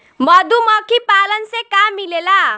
मधुमखी पालन से का मिलेला?